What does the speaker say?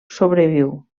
sobreviu